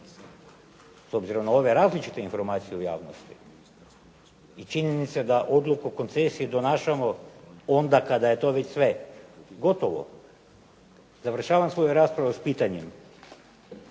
S obzirom na ove različite informacije u javnosti i činjenice da odluku o koncesiji donašamo onda kada je to već sve gotovo završavam svoju raspravu s pitanjem,